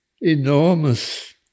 enormous